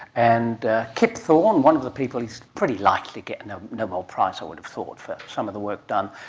and kip thorne, one of the people, he is pretty likely to get and a nobel prize i would've thought for some of the work done,